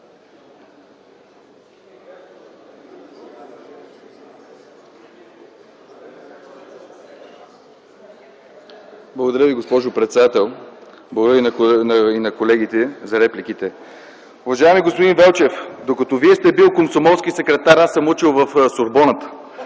Благодаря, госпожо председател. Благодаря и на колегите за репликите. Уважаеми господин Велчев, докато Вие сте бил комсомолски секретар, аз съм учил в Сорбоната.